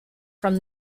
from